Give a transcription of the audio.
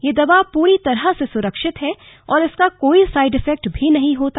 यह दवा पूरी तरह से सुरक्षित है और इसका कोई साईड इफेक्ट भी नहीं होता